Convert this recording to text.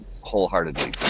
wholeheartedly